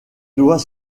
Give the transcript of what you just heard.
doit